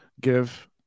give